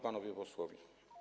Panowie Posłowie!